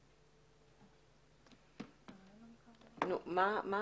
גשן, ממלא